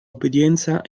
obbedienza